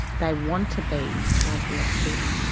they want to be like the other children.